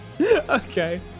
Okay